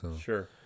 Sure